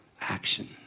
action